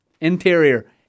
Interior